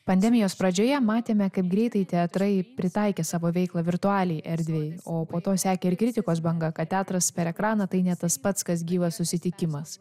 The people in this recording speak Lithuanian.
pandemijos pradžioje matėme kaip greitai teatrai pritaikė savo veiklą virtualiai erdvei o po to sekė ir kritikos banga kad teatras per ekraną tai ne tas pats kas gyvas susitikimas